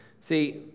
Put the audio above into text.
See